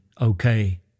okay